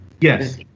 Yes